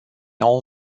all